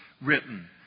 written